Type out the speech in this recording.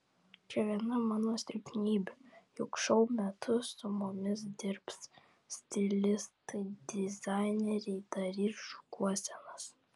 čia viena mano silpnybių juk šou metu su mumis dirbs stilistai dizaineriai darys šukuosenas